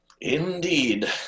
Indeed